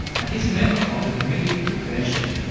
and he's a member of the committee of brickvention,